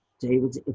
David